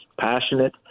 passionate